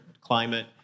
climate